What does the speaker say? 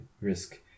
risk